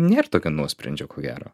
nėr tokio nuosprendžio ko gero